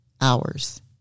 hours